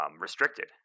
Restricted